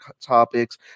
topics